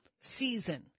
season